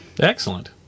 Excellent